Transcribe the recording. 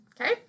Okay